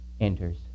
enters